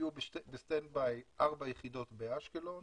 יהיו ב-standby ארבע יחידות באשקלון,